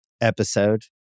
episode